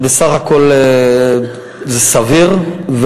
ובסך הכול זה סביר.